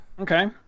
Okay